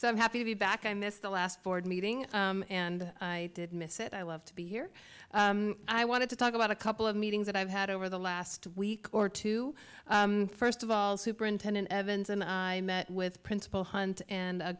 so i'm happy to be back i miss the last board meeting and i did miss it i love to be here i wanted to talk about a couple of meetings that i've had over the last week or two first of all superintendent evans and i met with principal hunt in a